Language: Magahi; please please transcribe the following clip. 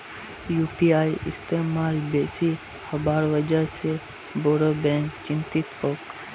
यू.पी.आई इस्तमाल बेसी हबार वजह से बोरो बैंक चिंतित छोक